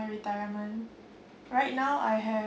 my retirement right now I have